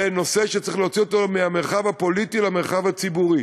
זה נושא שצריך להוציא מהמרחב הפוליטי למרחב הציבורי.